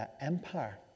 Empire